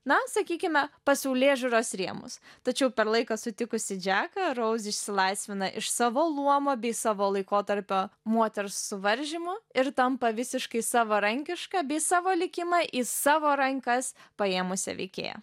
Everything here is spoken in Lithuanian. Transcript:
na sakykime pasaulėžiūros rėmus tačiau per laiką sutikusi džeką rouz išsilaisvina iš savo luomo bei savo laikotarpio moters suvaržymų ir tampa visiškai savarankiška bei savo likimą į savo rankas paėmusia veikėja